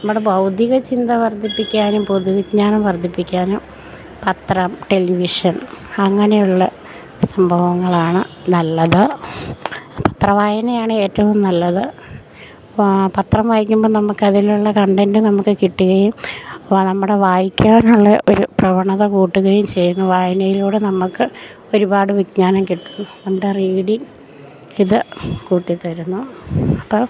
നമ്മുടെ ബൗദ്ധിക ചിന്ത വർദ്ധിപ്പിക്കാനും പൊതുവിജ്ഞാനം വർദ്ധിപ്പിക്കാനും പത്രം ടെലിവിഷൻ അങ്ങനെയുള്ള സംഭവങ്ങളാണ് നല്ലത് പത്ര വായനയാണ് ഏറ്റവും നല്ലത് പത്രം വായിക്കുമ്പം നമുക്കതിലുള്ള കണ്ടന്റ് നമുക്ക് കിട്ടുകയും നമ്മുടെ വായിക്കാനുള്ള ഒരു പ്രവണത കൂട്ടുകയും ചെയ്യുന്നു വായനയിലൂടെ നമുക്ക് ഒരുപാട് വിജ്ഞാനം കിട്ടുന്നു നമ്മുടെ റീഡിംഗ് ഇത് കൂട്ടിത്തരുന്നു അപ്പം